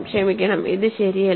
ക്ഷമിക്കണം ഇത് ശരിയല്ല